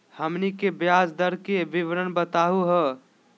हमनी के ब्याज दर के विवरण बताही हो?